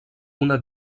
una